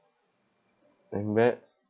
and